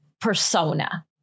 persona